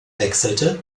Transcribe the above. wechselte